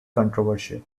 controversial